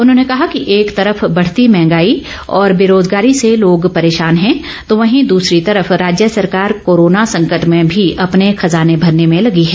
उन्होंने कहा कि एक तरफ बढ़ती महंगाई और बेरोजगारी से लोग परेशान हैं तो वहीं दूसरी तरफ राज्य सरकार कोरोना संकट में भी अपने खजाने भरने में लगी है